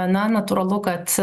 na natūralu kad